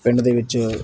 ਪਿੰਡ ਦੇ ਵਿੱਚ